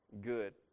Good